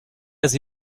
dass